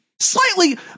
slightly